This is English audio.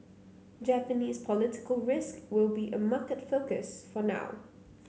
Japanese political risk will be a market focus for now